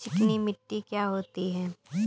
चिकनी मिट्टी क्या होती है?